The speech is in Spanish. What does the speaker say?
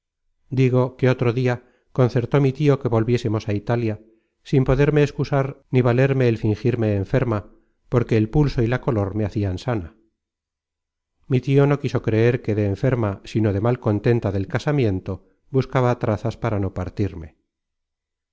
digo que otro dia concertó mi tio que volviésemos á italia sin poderme excusar ni valerme el fingirme enferma porque el pulso y la color me hacian sana mi tio no quiso creer que de enferma sino de mal contenta del casamiento buscaba trazas para no partirme